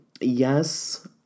yes